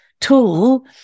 tool